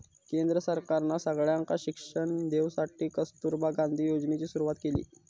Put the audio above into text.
केंद्र सरकारना सगळ्यांका शिक्षण देवसाठी कस्तूरबा गांधी योजनेची सुरवात केली